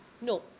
No